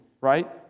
right